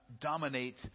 dominate